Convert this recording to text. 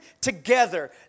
together